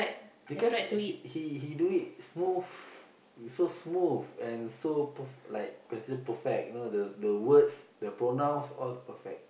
because he he he do it smooth so smooth and so perf~ like considered perfect you know the the words the pronounce all perfect